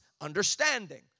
understanding